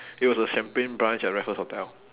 it was a champagne brunch at raffles hotel